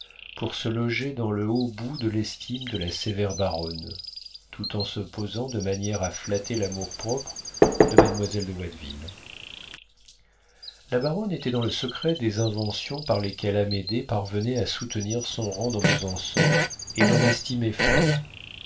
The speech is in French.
pour se loger dans le haut bout de l'estime de la sévère baronne tout en se posant de manière à flatter l'amour-propre de mademoiselle de watteville la baronne était dans le secret des inventions par lesquelles amédée parvenait à soutenir son rang dans besançon et l'en estimait fort